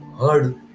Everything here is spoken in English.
heard